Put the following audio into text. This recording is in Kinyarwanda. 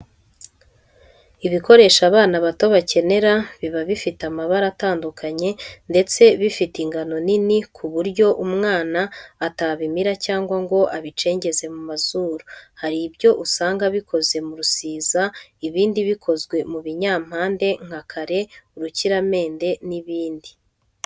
ibikinisho abana bato bakenera biba bifite amabara atandukanye, ndetse bifite ingano nini ku buryo umwana atabimira cyangwa ngo abicengeze mu mazuru. Hari ibyo usanga bikoze mu rusiza ibindi bikozwe mu binyampande nka kare, urukiramende n'ibindi.